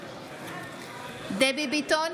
נגד דבי ביטון,